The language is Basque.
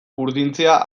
urdintzea